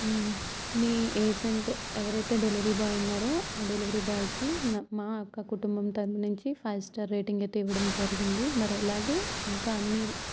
మీ agent ఎవరైతే delivery boy ఉన్నారో ఆ డెలివరీ బాయ్కి నా మా యొక్క కుటుంబం నుంచి ఫైవ్ స్టార్ రేటింగ్ అయితే ఇవ్వడం జరిగింది మరి ఇలాగే ఇంకా అన్ని